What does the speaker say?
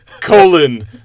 colon